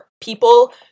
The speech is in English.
people